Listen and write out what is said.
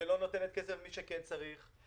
ולא נותנת כסף למי שכן צריך,